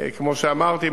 כמו שאמרתי,